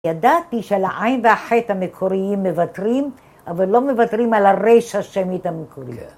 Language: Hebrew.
ידעתי שעל העין והחית המקוריים מוותרים, אבל לא מבטרים על הריש השמית המקורית.